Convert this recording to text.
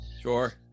Sure